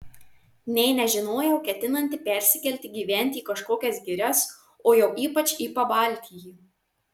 nė nežinojau ketinanti persikelti gyventi į kažkokias girias o jau ypač į pabaltijį